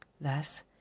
thus